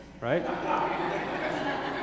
right